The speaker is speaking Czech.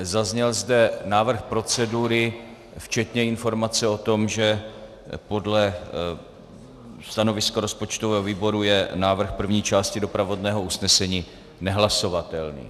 Zazněl zde návrh procedury včetně informace o tom, že podle stanoviska rozpočtového výboru je návrh první části doprovodného usnesení nehlasovatelný.